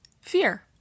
fear